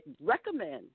recommend